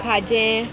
खाजें